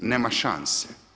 Nema šanse.